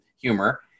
humor